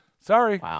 Sorry